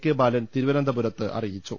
K Balan തിരുവനന്തപുരത്ത് അറിയിച്ചു